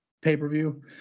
pay-per-view